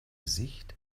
sicht